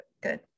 good